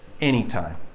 anytime